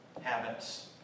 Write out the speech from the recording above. habits